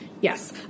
Yes